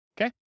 okay